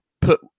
put